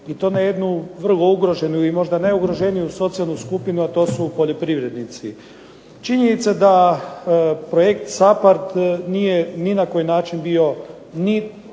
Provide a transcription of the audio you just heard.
i to na jednu vrlo ugroženu i možda najugroženiju socijalnu skupinu, a to su poljoprivrednici. Činjenica da projekt SAPARD nije ni na koji način bio ni